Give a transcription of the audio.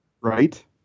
Right